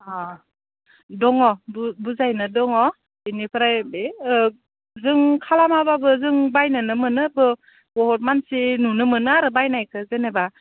अ दङ बुरजायैनो दङ बिनिफ्राय बे जों खालामाब्लाबो जों बायनोबो मोनो बुहुद मानसि नुनो मोनो आरो बायनायखो जेनेबा